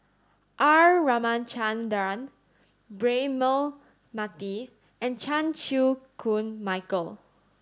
R Ramachandran Braema Mathi and Chan Chew Koon Michael